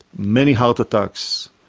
many heart attacks,